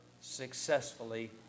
successfully